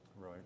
Right